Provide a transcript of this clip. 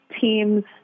teams